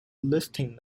listing